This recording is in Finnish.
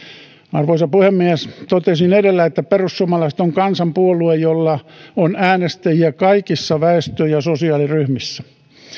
arvoisa puhemies totesin edellä että perussuomalaiset on kansanpuolue jolla on äänestäjiä kaikissa väestö ja sosiaaliryhmissä